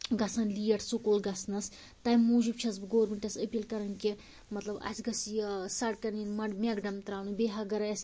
گژھان late school گژھنَس تَمہِ موٗجوٗب چھَس بہٕ گورمِنٹَس اپیٖل کَران کہِ مطلب اسہِ گَژھہِ یہِ سڑکن ینۍ میٚگڈم تراونہٕ بیٚیہِ اگرٔے اسہِ